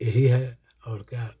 येही है और क्या